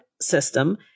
system